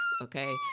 Okay